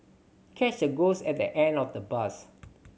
catch the ghost at the end of the bus